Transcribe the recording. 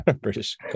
british